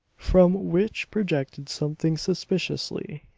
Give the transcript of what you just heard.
from which projected something suspiciously,